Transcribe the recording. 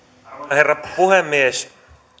herra puhemies